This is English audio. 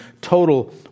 total